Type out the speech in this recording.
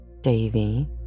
Davy